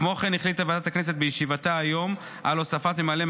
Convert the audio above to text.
כמו כן החליטה ועדת הכנסת בישיבתה היום על הוספת ממלאי